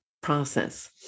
process